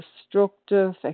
destructive